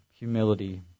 Humility